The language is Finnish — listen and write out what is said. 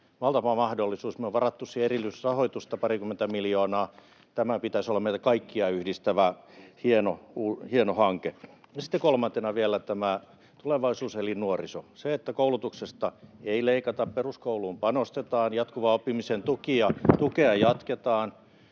valtava mahdollisuus. Me ollaan varattu siihen erillisrahoitusta parikymmentä miljoonaa. Tämän pitäisi olla meitä kaikkia yhdistävä hieno hanke. Sitten kolmantena vielä on tämä tulevaisuus eli nuoriso. Koulutuksesta ei leikata, peruskouluun panostetaan, [Timo Harakka: